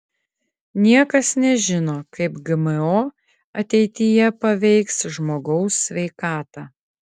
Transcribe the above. niekas nežino kaip gmo ateityje paveiks žmogaus sveikatą